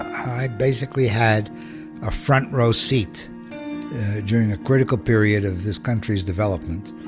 i basically had a front row seat during a critical period of this country's development,